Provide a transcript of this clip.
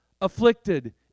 afflicted